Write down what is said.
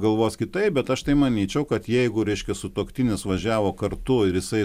galvos kitaip bet aš tai manyčiau kad jeigu reiškia sutuoktinis važiavo kartu ir jisai